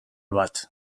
bat